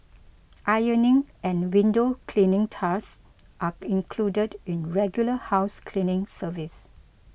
ironing and window cleaning tasks are included in regular house cleaning service